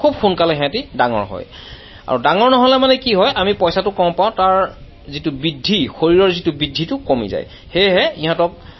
খুব সোনকালে সিহঁতি ডাঙৰ হয় আৰু ডাঙৰ নহ'লে মানে কি হয় আমি পইচাটো কম পাওঁ তাৰ যিটো বৃদ্ধি শৰীৰৰ যিটো বৃদ্ধিটো কমি যায় সেয়েহে ইহঁতক